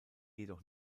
jedoch